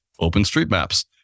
OpenStreetMaps